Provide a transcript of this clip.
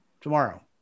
tomorrow